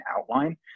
outline